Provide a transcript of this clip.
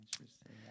Interesting